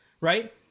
Right